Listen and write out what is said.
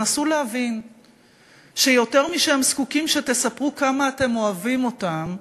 תנסו להבין שיותר משהם זקוקים שתספרו כמה אתם אוהבים אותם,